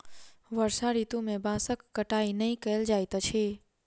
वर्षा ऋतू में बांसक कटाई नै कयल जाइत अछि